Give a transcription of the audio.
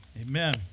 Amen